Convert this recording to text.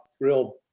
real